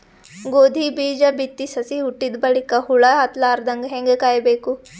ಗೋಧಿ ಬೀಜ ಬಿತ್ತಿ ಸಸಿ ಹುಟ್ಟಿದ ಬಲಿಕ ಹುಳ ಹತ್ತಲಾರದಂಗ ಹೇಂಗ ಕಾಯಬೇಕು?